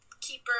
keeper